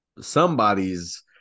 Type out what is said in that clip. somebody's